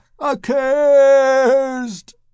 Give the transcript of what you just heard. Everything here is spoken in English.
accursed